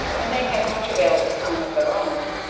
and they had much available time of their own.